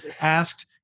asked